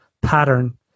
pattern